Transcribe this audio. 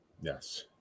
yes